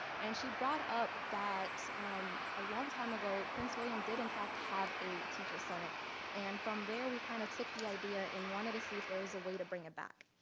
and she brought up that a long time ago, prince william did in fact have a teacher senate and from there we kind of took the idea and wanted to see if there was a way to bring it back.